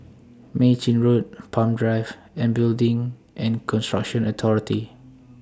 Mei Chin Road Palm Drive and Building and Construction Authority